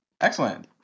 excellent